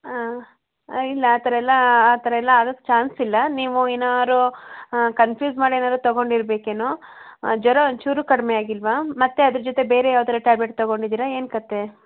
ಹಾಂ ಇಲ್ಲ ಆ ಥರ ಎಲ್ಲ ಆ ಥರ ಎಲ್ಲ ಆಗಕ್ಕೆ ಚಾನ್ಸ್ ಇಲ್ಲ ನೀವು ಏನಾದ್ರು ಕನ್ಫ್ಯೂಸ್ ಮಾಡಿ ಏನಾದ್ರ್ ತೊಗೊಂಡಿರ್ಬೇಕೇನೋ ಜ್ವರ ಒಂಚೂರೂ ಕಡಿಮೆ ಆಗಿಲ್ಲವಾ ಮತ್ತೆ ಅದ್ರ ಜೊತೆ ಬೇರೆ ಯಾವ್ದಾರ ಟ್ಯಾಬ್ಲೆಟ್ ತೊಗೊಂಡಿದೀರಾ ಏನು ಕಥೆ